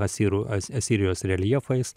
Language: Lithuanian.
asirų asirijos reljefais